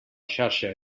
xarxa